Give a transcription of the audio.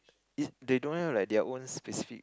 is they don't have like their own specific